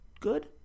good